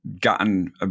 gotten